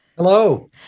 Hello